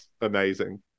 amazing